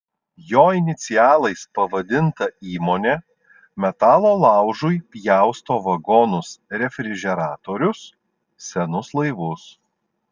jo inicialais pavadinta įmonė metalo laužui pjausto vagonus refrižeratorius senus laivus